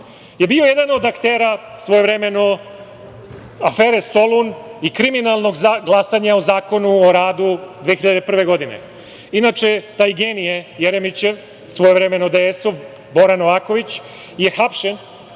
je bio jedan od aktera svojevremeno afere „Solun“ i kriminalnog glasanja o Zakonu o radu 2001. godine. Inače, taj genije Jeremićev, svojevremeno DS-ov, Bora Novaković, je hapšen